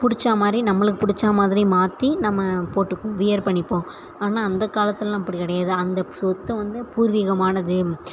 பிடிச்சா மாதிரி நம்மளுக்கு பிடிச்சா மாதிரி மாற்றி நம்ம போட்டுக்குவோம் வியர் பண்ணிப்போம் ஆனால் அந்த காலத்திலல்லாம் அப்படி கிடையாது அந்த சொத்தை வந்து பூர்வீகமானது